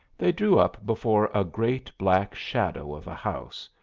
they drew up before a great black shadow of a house,